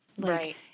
Right